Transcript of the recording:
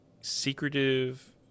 secretive